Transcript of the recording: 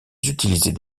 utilisaient